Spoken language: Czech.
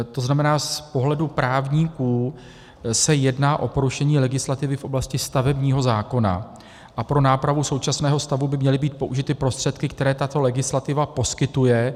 To znamená, z pohledu právníků se jedná o porušení legislativy v oblasti stavebního zákona a pro nápravu současného stavu by měly být použity prostředky, které tato legislativa poskytuje.